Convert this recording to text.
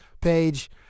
page